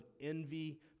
envy